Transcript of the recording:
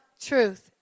truth